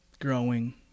growing